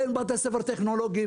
אין בתי ספר טכנולוגיים,